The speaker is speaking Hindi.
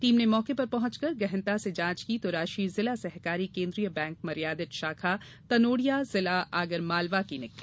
टीम ने मौके पर पहुंचकर गहनता से जांच की तो राषि जिला सहकारी केन्द्रिय बैंक मर्यादित शाखा तनोड़िया जिला आगरमालवा की निकली